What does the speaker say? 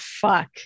fuck